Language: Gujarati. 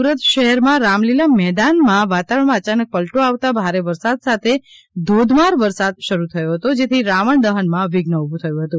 સુરત શહેરમાં રામલીલા મેદાનમાં દશેરાના દિવસે વાતાવરણમાં અયાનક પલટો આવતા ભારે વરસાદ સાથે ધોધમાર વરસાદ શરૂ થયો હતો જેથી રાવણ દહન માં વિઘ્ન ઊભું થયું હતું